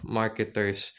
marketers